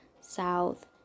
South